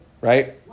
Right